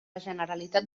generalitat